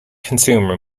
consumer